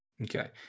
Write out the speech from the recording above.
Okay